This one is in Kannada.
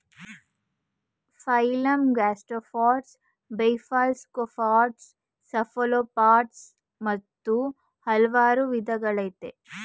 phylum gastropods bivalves scaphopods cephalopods ಮತ್ತು ಹಲ್ವಾರ್ ವಿದಗಳಯ್ತೆ